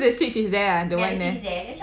so the switch is there ah the one